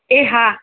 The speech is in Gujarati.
એ હા